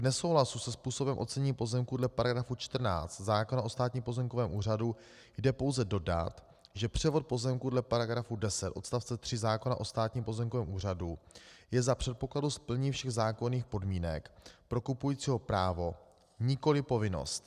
K nesouhlasu se způsobem ocenění pozemků dle § 14 zákona o Státním pozemkovém úřadu jde pouze dodat, že převod pozemku dle § 10 odst. 3 zákona o Státním pozemkovém úřadu je za předpokladu splnění všech zákonných podmínek pro kupujícího právo, nikoliv povinnost.